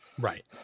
right